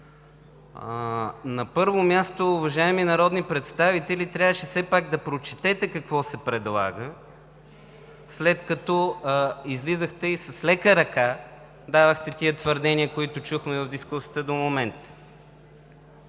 На първо място, уважаеми народни представители, трябваше все пак да прочетете какво се предлага, след като излизахте и с лека ръка давахте тези твърдения, които чухме в дискусията до момента.